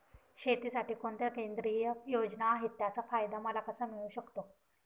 शेतीसाठी कोणत्या केंद्रिय योजना आहेत, त्याचा फायदा मला कसा मिळू शकतो?